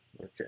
Okay